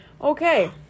Okay